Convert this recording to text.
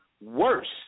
worse